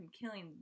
killing